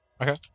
Okay